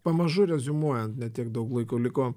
pamažu reziumuojant ne tiek daug laiko liko